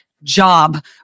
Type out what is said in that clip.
job